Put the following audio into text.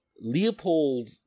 leopold